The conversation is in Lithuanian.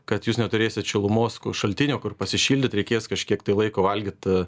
kad jūs neturėsit šilumos šaltinio kur pasišildyt reikės kažkiek laiko valgyt